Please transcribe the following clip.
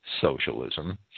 socialism